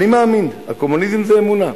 אני מאמין, הקומוניזם זה אמונה.